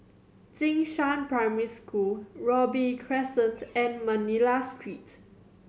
Jing Shan Primary School Robey Crescent and Manila Street